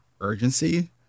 urgency